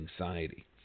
anxiety